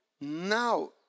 now